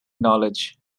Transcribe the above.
knowledge